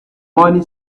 money